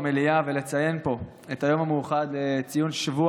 ולציין פה במליאה את היום המיוחד לציון שבוע